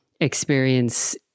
experience